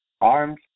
arms